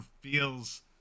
feels